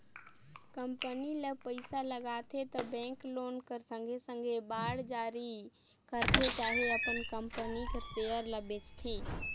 company ल पइसा लागथे त बेंक लोन कर संघे संघे बांड जारी करथे चहे अपन कंपनी कर सेयर ल बेंचथे